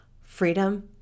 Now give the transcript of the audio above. Freedom